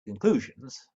conclusions